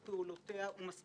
כפי שקראתי,